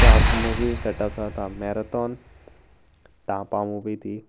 so तुका हांव movie set up आता मॅरेथॉन तां पांव म मुवी ती